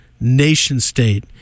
nation-state